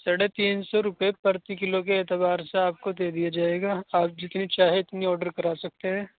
ساڑھے تین سو روپئے پرتی کلو کے اعتبار سے آپ کو دے دیا جائے گا آپ جتنی چاہے اتنی آڈر کرا سکتے ہیں